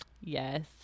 Yes